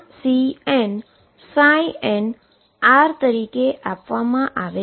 જે ∑Cnnr તરીકે આપવામાં આવે છે